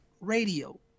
radio